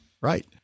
right